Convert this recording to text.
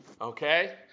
Okay